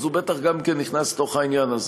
אז הוא בטח גם כן נכנס לתוך העניין הזה.